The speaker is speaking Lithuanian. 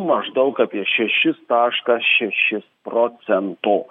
maždaug apie šešis taškas šeši procento